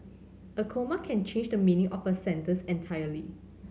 a comma can change the meaning of a sentence entirely